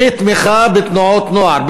מתמיכה בתנועות נוער,